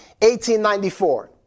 1894